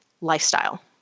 lifestyle